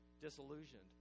disillusioned